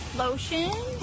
lotion